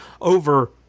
over